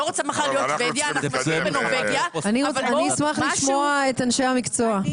אני אשמח לשמוע את אנשי המקצוע.